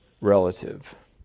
relative